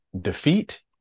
defeat